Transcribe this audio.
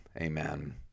amen